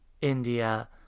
india